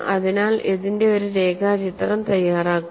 അതിനാൽ ഇതിന്റെ ഒരു രേഖാചിത്രം തയ്യാറാക്കുക